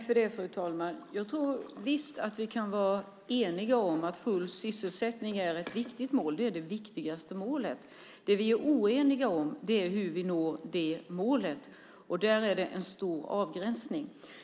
Fru talman! Jag tror visst att vi kan vara eniga om att full sysselsättning är ett viktigt mål. Det är det viktigaste målet. Det vi är oeniga om är hur vi når det. Här är det en stor avgränsning.